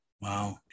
Wow